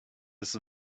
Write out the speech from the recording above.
his